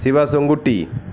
শিবাশঙ্গু টি